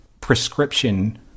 prescription